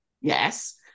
Yes